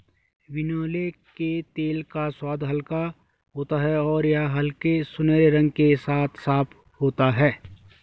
बिनौले के तेल का स्वाद हल्का होता है और यह हल्के सुनहरे रंग के साथ साफ होता है